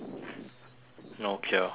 no cure how about that